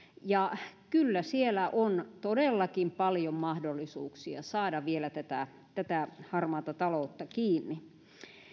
kyllä siellä on todellakin paljon mahdollisuuksia saada vielä tätä tätä harmaata taloutta kiinni